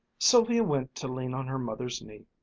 sylvia went to lean on her mother's knee,